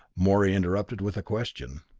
morey interrupted with a question.